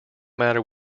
matter